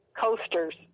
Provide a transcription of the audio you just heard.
coasters